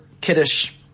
Kiddush